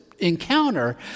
encounter